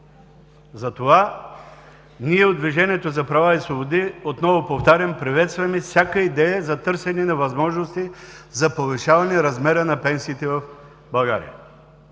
Затова ние от „Движението за права и свободи“, отново повтарям, приветстваме всяка идея за търсене на възможности за повишаване размера на пенсиите в България.